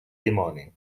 dimoni